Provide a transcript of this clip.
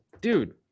dude